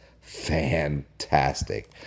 fantastic